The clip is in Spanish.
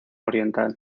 oriental